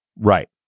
Right